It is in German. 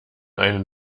einen